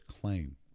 claim